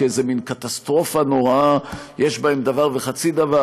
כאיזה מין קטסטרופה נוראה יש בהם דבר וחצי דבר.